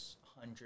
hundred